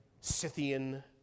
Scythian